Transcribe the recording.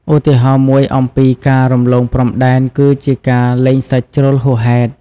ឧទាហរណ៍មួយអំពីការរំលងព្រំដែនគឺជាការលេងសើចជ្រុលហួសហេតុ។